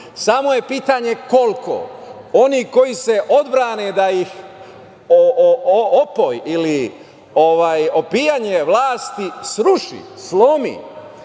Samo je pitanje koliko. Oni koji se odbrane da ih opoj ili opijanje vlasti sruši, slomi,